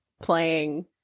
playing